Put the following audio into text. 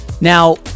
Now